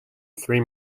three